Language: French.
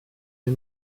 les